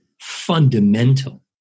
fundamental